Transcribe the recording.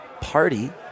party